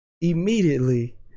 Immediately